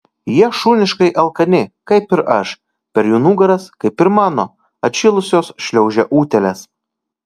jie šuniškai alkani kaip ir aš per jų nugaras kaip ir mano atšilusios šliaužia utėlės